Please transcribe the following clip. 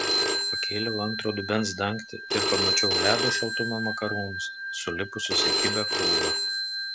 pakėliau antro dubens dangtį ir pamačiau ledo šaltumo makaronus sulipusius į kibią krūvą